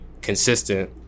consistent